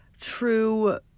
true